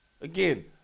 again